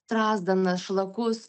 strazdanas šlakus